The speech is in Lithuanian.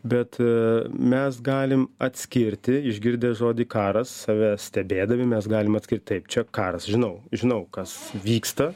bet mes galim atskirti išgirdę žodį karas save stebėdami mes galim atskirt taip čia karas žinau žinau kas vyksta